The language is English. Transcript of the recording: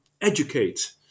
educate